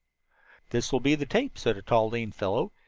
this will be the tape, said a tall lean fellow,